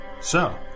So